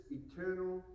eternal